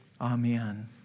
Amen